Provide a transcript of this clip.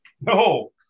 No